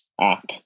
app